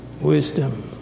Wisdom